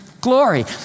glory